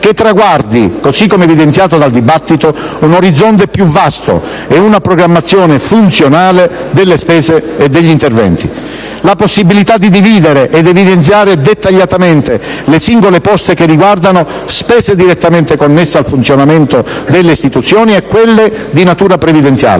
che traguardi, così come evidenziato dal dibattito, un orizzonte più vasto e una programmazione funzionale delle spese e degli interventi, la possibilità di dividere ed evidenziare dettagliatamente le singole poste che riguardano spese direttamente connesse al funzionamento delle Istituzioni e quelle di natura previdenziale.